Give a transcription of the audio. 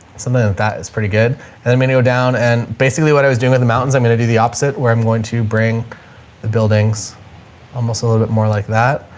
and that is pretty good and then maybe go down and basically what i was doing with the mountains, i'm going to do the opposite where i'm going to bring the buildings almost a little bit more like that.